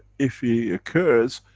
if it occurs,